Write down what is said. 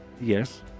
Yes